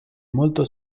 molto